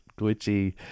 glitchy